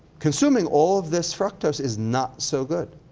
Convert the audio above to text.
consuming all of this fructose is not so good.